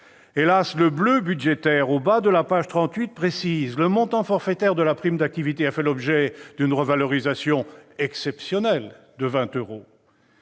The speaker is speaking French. Hélas, le bleu budgétaire au bas de la page 38 précise :« Le montant forfaitaire de la prime d'activité a fait l'objet d'une revalorisation exceptionnelle de 20 euros [